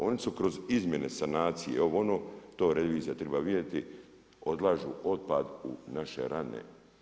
Oni su kroz izmjene sanacije ovo, ono, to revizija triba vidjeti odlažu otpad u naše rane.